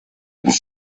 was